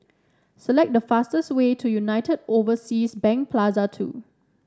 select the fastest way to United Overseas Bank Plaza Two